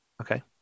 okay